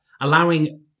allowing